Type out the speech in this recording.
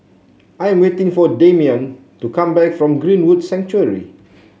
I am waiting for Dameon to come back from Greenwood Sanctuary